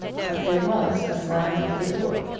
but there was a slam of the door,